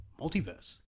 multiverse